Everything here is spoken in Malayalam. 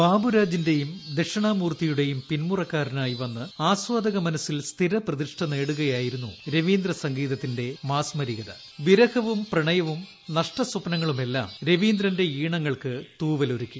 ബാബുരാജിന്റെയും ദക്ഷിണാമൂർത്തി്യുടെയും പിൻമുറക്കാരനായി വന്ന് ആസ്വാദക മനസ്സിൽ സ്ഥിർ പ്രതിഷ്ഠ നേടുകയായിരുന്നു രവീന്ദ്ര സംഗീതത്തിന്റെ മാസ്മരിക്ക് വിരഹവും പ്രണയവും നഷ്ടസ്വപ്നങ്ങളുമെല്ലാം രവീന്ദ്രന്റെ ഈണങ്ങൾക്ക് തൂവലൊരുക്കി